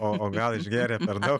o o gal išgėrė per daug